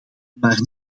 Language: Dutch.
maar